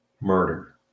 murder